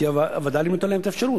כי הווד"לים נותן להם את האפשרות,